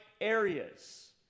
areas